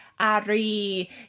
Ari